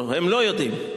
או הם לא יודעים,